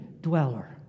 dweller